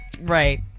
Right